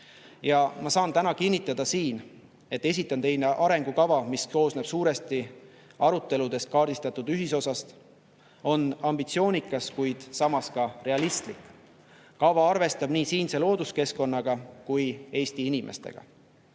Ja ma saan täna kinnitada siin, et esitan teile arengukava, mis koosneb suuresti aruteludes kaardistatud ühisosast, on ambitsioonikas, kuid samas ka realistlik. Kava arvestab nii siinse looduskeskkonnaga kui ka Eesti inimestega.